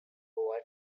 goa